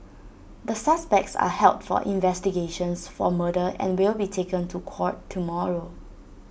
the suspects are held for investigations for murder and will be taken to court tomorrow